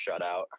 shutout